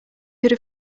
could